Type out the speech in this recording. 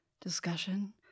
discussion